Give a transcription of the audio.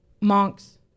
monks